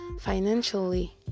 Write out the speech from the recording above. financially